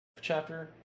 chapter